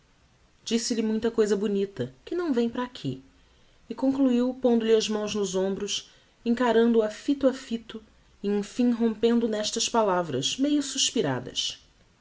sentimento disse-lhe muita cousa bonita que não vem para aqui e concluiu pondo-lhe as mãos nos hombros encarando a fito a fito a emfim rompendo nestas palavras meias suspiradas